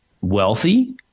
wealthy